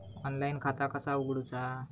Online खाता कसा उगडूचा?